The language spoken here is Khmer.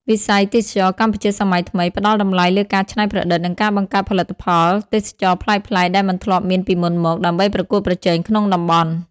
វិស័យទេសចរណ៍កម្ពុជាសម័យថ្មី ផ្ដល់តម្លៃលើការច្នៃប្រឌិត និងការបង្កើតផលិតផលទេសចរណ៍ប្លែកៗដែលមិនធ្លាប់មានពីមុនមក ដើម្បីប្រកួតប្រជែងក្នុងតំបន់។